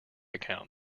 account